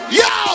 yo